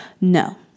No